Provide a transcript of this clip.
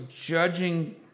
judging